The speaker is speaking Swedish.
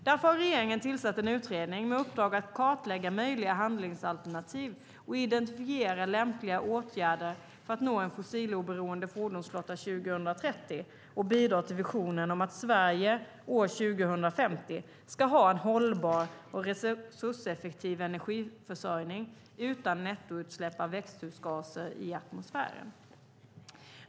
Därför har regeringen tillsatt en utredning med uppdrag att kartlägga möjliga handlingsalternativ och identifiera lämpliga åtgärder för att nå en fossiloberoende fordonsflotta 2030 och bidra till visionen om att Sverige år 2050 ska ha en hållbar och resurseffektiv energiförsörjning utan nettoutsläpp av växthusgaser i atmosfären.